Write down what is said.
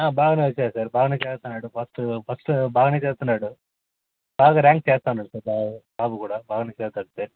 బాగానే వచ్చాయి సార్ బాగనే చదువుతున్నాడు ఫస్ట్ ఫస్ట్ బాగానే చదువుతున్నాడు బాగానే ర్యాంక్ చేస్తున్నాడు సార్ బాబు కూడా బాగానే చదువుతాడు సార్